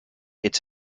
its